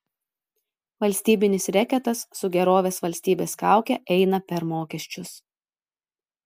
valstybinis reketas su gerovės valstybės kauke eina per mokesčius